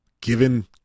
given